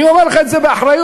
אני אומר לך את זה באחריות,